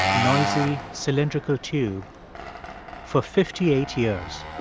noisy, cylindrical tube for fifty eight years